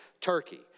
Turkey